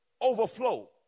overflow